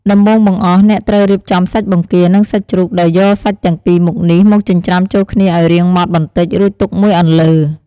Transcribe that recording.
ដំបូងបង្អស់ អ្នកត្រូវ រៀបចំសាច់បង្គា និងសាច់ជ្រូក ដោយយកសាច់ទាំងពីរមុខនេះ មកចិញ្ច្រាំចូលគ្នាឱ្យរៀងម៉ដ្ឋបន្តិច រួចទុកមួយអន្លើ។